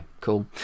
cool